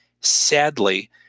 Sadly